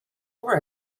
over